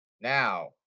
Now